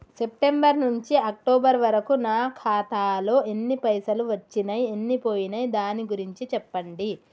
September నుంచి October వరకు నా ఖాతాలో ఎన్ని పైసలు వచ్చినయ్ ఎన్ని పోయినయ్ దాని గురించి చెప్పండి?